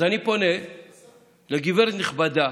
אז אני פונה לגברת נכבדה